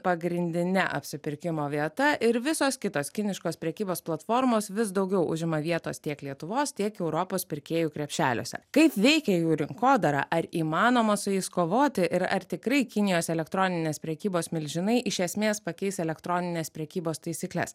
pagrindine apsipirkimo vieta ir visos kitos kiniškos prekybos platformos vis daugiau užima vietos tiek lietuvos tiek europos pirkėjų krepšeliuose kaip veikia jų rinkodara ar įmanoma su jais kovoti ir ar tikrai kinijos elektroninės prekybos milžinai iš esmės pakeis elektroninės prekybos taisykles